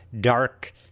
dark